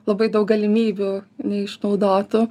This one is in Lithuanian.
labai daug galimybių neišnaudotų